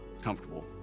comfortable